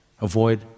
Avoid